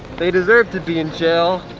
they deserve to be in jail.